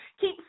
Keep